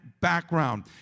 background